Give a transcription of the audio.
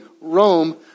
Rome